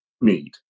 need